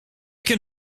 can